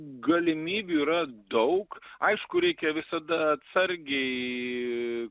galimybių yra daug aišku reikia visada atsargiai